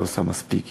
לא עושה מספיק.